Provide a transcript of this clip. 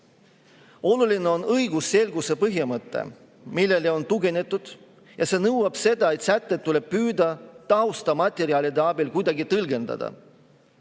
Oluline on õigusselguse põhimõte, millele on tuginetud, ja see nõuab seda, et sätet tuleb püüda taustamaterjalide abil kuidagi tõlgendada.